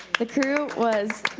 the crew was.